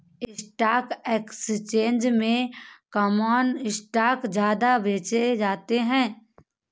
stock exchange में common stock ज्यादा बेचे जाते है